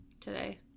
today